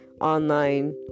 online